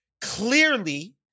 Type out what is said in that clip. clearly